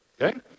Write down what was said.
Okay